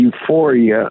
euphoria